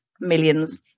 millions